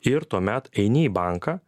ir tuomet eini į banką